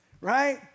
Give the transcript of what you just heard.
right